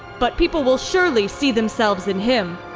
but people will surely see themselves in him.